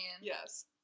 Yes